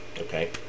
okay